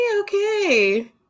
Okay